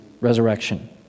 resurrection